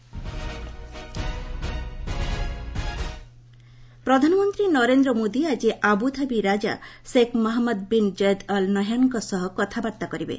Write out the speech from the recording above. PM UAE ପ୍ରଧାନମନ୍ତ୍ରୀ ନରେନ୍ଦ୍ର ମୋଦି ଆଜି Abu Dhabi ରାଜା Sheikh Mohammed bin Zayed Al ନହ୍ୟାନ୍ଙ୍କ ସହ କଥାବାର୍ତ୍ତା କରିବେ